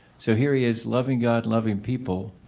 so, here he is loving god, loving people,